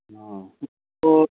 म